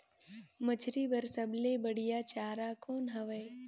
मछरी बर सबले बढ़िया चारा कौन हवय?